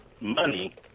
money